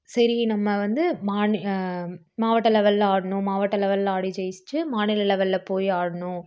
சரி நம்ம வந்து மாநி மாவட்ட லெவலில் ஆடணும் மாவட்ட லெவலில் ஆடி ஜெயிச்சிவிட்டு மாநில லெவலில் போய் ஆடணும்